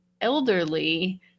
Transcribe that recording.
elderly